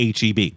HEB